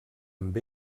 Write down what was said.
amb